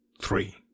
three